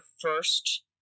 first